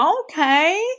okay